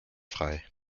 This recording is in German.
frei